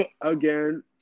Again